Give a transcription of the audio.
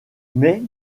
mais